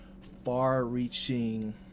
far-reaching